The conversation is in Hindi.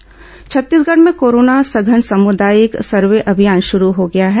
सघन सामुदायिक अभियान छत्तीसगढ़ में कोरोना सघन सामुदायिक सर्वे अभियान शुरू हो गया है